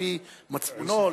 על-פי מצפונו,